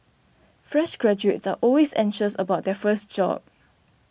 fresh graduates are always anxious about their first job